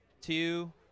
two